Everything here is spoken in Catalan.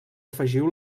afegiu